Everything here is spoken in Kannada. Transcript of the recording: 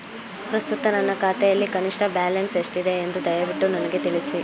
ಪ್ರಸ್ತುತ ನನ್ನ ಖಾತೆಯಲ್ಲಿ ಕನಿಷ್ಠ ಬ್ಯಾಲೆನ್ಸ್ ಎಷ್ಟಿದೆ ಎಂದು ದಯವಿಟ್ಟು ನನಗೆ ತಿಳಿಸಿ